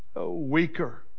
weaker